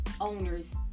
owners